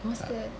what's that